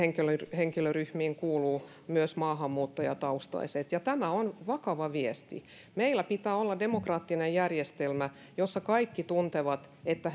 henkilöryhmiin kuuluuvat myös maahanmuuttajataustaiset ja tämä on vakava viesti meillä pitää olla demokraattinen järjestelmä jossa kaikki tuntevat että